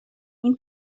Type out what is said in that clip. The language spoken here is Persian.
این